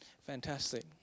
Fantastic